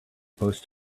post